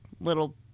little